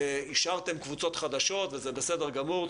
שאישרתם קבוצות חדשות וזה בסדר גמור,